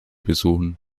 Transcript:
besuchen